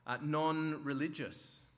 Non-religious